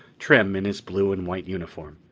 trim in his blue and white uniform.